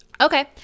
Okay